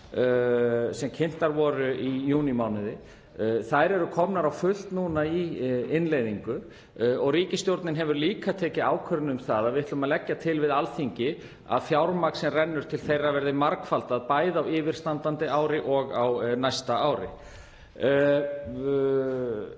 sem kynntar voru í júnímánuði. Þær eru komnar á fullt í innleiðingu. Ríkisstjórnin hefur líka tekið ákvörðun um að leggja það til við Alþingi að fjármagn sem rennur til þeirra verði margfaldað, bæði á yfirstandandi ári og á næsta ári,